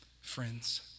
friends